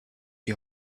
die